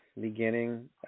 beginning